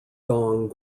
dong